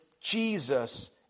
Jesus